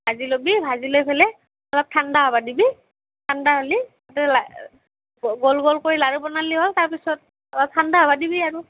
ভাঁজি লবি ভাঁজি লৈ ফেলে অলপ ঠাণ্ডা হ'ব দিবি ঠাণ্ডা হ'লি তাতে লা গোল গোল কৰি লাৰু বনালি হ'ল তাৰ পিছত অলপ ঠাণ্ডা হ'বা দিবি আৰু